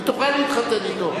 היא תוכל להתחתן אתו.